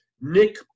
Nick